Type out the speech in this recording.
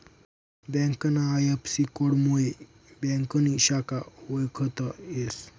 ब्यांकना आय.एफ.सी.कोडमुये ब्यांकनी शाखा वयखता येस